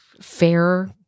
fair